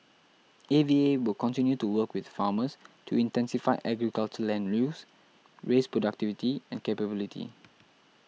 A V A will continue to work with farmers to intensify agriculture land use raise productivity and capability